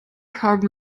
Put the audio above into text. haben